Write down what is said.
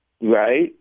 Right